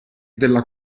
della